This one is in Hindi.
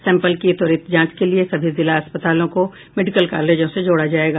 सैंपल की त्वरित जांच के लिये सभी जिला अस्पतालों को मेडिकल कॉलेजों से जोड़ा जायेगा